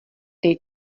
dej